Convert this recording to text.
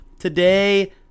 Today